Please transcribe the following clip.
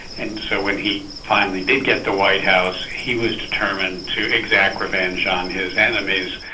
and so when he finally did get the white house he was determined to exact revenge on his enemies,